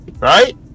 Right